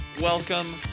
welcome